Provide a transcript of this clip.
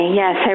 yes